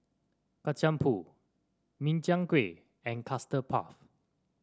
Kacang Pool Min Chiang Kueh and Custard Puff